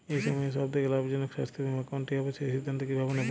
এই সময়ের সব থেকে লাভজনক স্বাস্থ্য বীমা কোনটি হবে সেই সিদ্ধান্ত কীভাবে নেব?